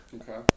Okay